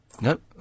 Nope